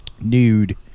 Nude